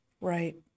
Right